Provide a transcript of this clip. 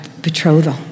betrothal